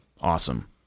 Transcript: Awesome